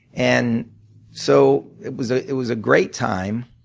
and so it was ah it was a great time